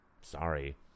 sorry